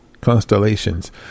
constellations